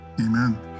Amen